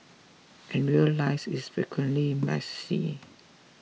and real life is frequently messy